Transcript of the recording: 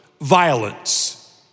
violence